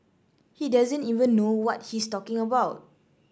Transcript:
he doesn't even know what he's talking about